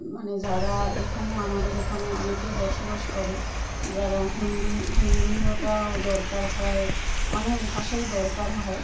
মানে যারা এখানে আমাদের এখানে অনেকে বসবাস করে যারা হিন্দি হিন্দিওটা দরকার হয় অনেক ভাষাই দরকার হয়